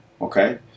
Okay